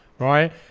Right